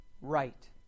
right